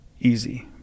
easy